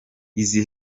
izi